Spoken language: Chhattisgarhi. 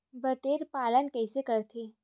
बटेर पालन कइसे करथे?